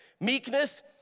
Meekness